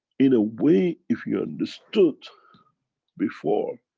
in a way, if you understood before,